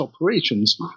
operations